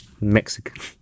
Mexican